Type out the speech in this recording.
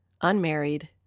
unmarried